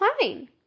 fine